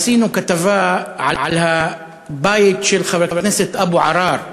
עשינו כתבה על הבית של חבר הכנסת אבו עראר,